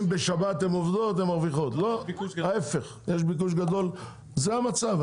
יש ביקוש לכשרות,